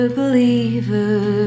believer